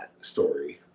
Story